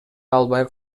албай